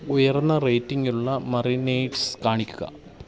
ഉയർന്ന റേറ്റിങ് ഉള്ള മറിനേയ്ഡ്സ് കാണിക്കുക